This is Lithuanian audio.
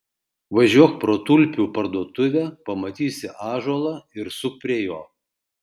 važiuok pro tulpių parduotuvę pamatysi ąžuolą ir suk prie jo